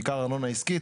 בעיקר ארנונה עסקית